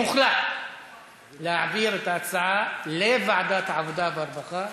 הוחלט להעביר את ההצעה לוועדת העבודה והרווחה